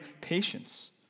patience